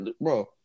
bro